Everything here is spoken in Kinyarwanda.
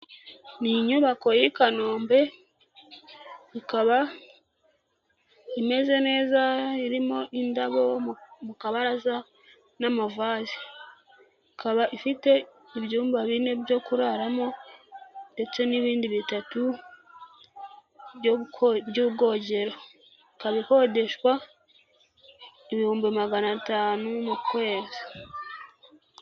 Ni inyubako y'i Kanombe, ikaba imeze neza, irimo indabo mu kabaraza n'amavaze. Ikaba ifite ibyumba bine byo kuraramo ndetse n'ibindi bitatu ry'ubwogero. Ikaba ikodeshwa ibihumbi magana atanu mu kwezi.